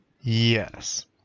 yes